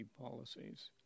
policies